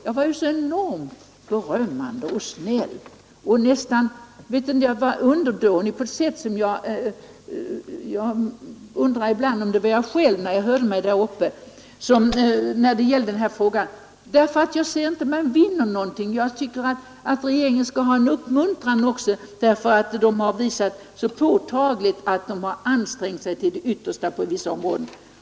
Jag var ju så enormt berömmande och snäll, ja nästan underdånig på ett sätt som kom mig att undra om det var mig själv jag hörde. Jag anser inte att man vinner någonting på en strid. Regeringen skall också ha en uppmuntran för att den så påtagligt har ansträngt sig till det yttersta på vissa områden.